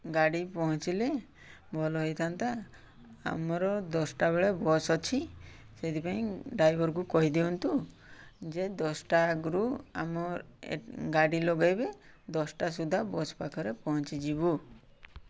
ଗାଡ଼ି ପହଁଞ୍ଚିଲେ ଭଲ ହେଇଥାନ୍ତା ଆମର ଦଶଟା ବେଳେ ବସ୍ ଅଛି ସେଥିପାଇଁ ଡ୍ରାଇଭର୍କୁ କହିଦିଅନ୍ତୁ ଯେ ଦଶଟା ଆଗରୁ ଆମ ଗାଡ଼ି ଲଗେଇବେ ଦଶଟା ସୁଦ୍ଧା ବସ୍ ପାଖରେ ପହଁଞ୍ଚିଯିବୁ